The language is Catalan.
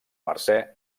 mercè